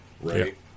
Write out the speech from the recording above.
right